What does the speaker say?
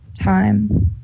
time